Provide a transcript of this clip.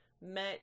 met